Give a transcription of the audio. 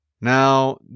Now